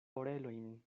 orelojn